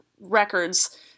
records